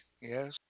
yes